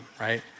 right